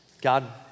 God